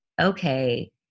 okay